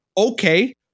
Okay